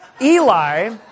Eli